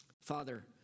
Father